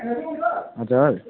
हजुर